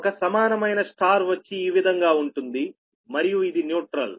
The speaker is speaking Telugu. ఒక సమానమైన Y వచ్చి ఈ విధంగా ఉంటుంది మరియు ఇది న్యూట్రల్